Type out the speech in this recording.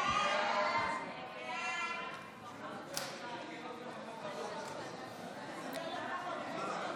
חוק לתיקון פקודת בתי הסוהר (מס' 61 והוראת שעה),